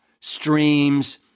streams